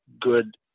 good